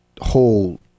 whole